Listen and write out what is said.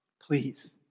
Please